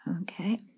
Okay